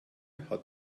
hat